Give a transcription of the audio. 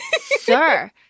sir